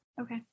Okay